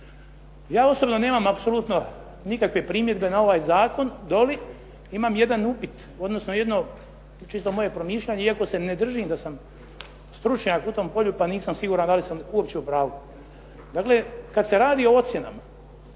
Ja osobno nemam apsolutno nikakve primjedbe na ovaj zakon doli imam jedan upit, odnosno jedno čisto moje promišljanje, iako se ne držim da sam stručnjak u tom polju pa nisam siguran da li sam uopće u pravu. Dakle, kad se radi o ocjenama,